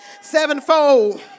sevenfold